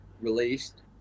released